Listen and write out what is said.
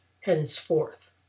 henceforth